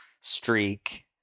streak